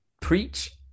preach